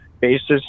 basis